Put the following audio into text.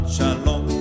Shalom